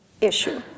issue